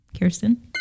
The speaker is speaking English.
Kirsten